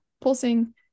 pulsing